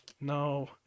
no